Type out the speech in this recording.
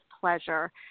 pleasure